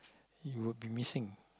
you would be missing